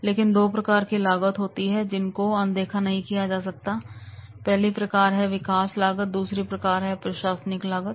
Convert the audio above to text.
देखिए दो प्रकार की लागत होती हैं जिसको अनदेखा नहीं किया जा सकता पहली प्रकार है विकास लागत और दूसरा है प्रशासनिक लागत